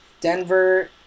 Denver